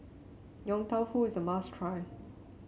Yong Tau Foo is a must try